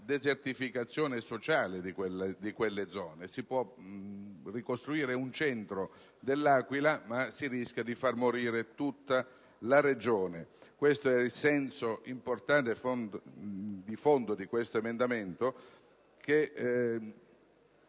alla desertificazione sociale di quelle zone: si può ricostruire il centro dell'Aquila, ma si rischia di far morire l'intera Regione. Questo è il senso importante e lo spirito dell'emendamento 6.705,